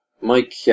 Mike